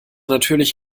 natürlich